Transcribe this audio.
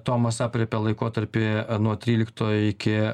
tomas aprėpia laikotarpį nuo trylikto iki